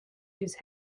these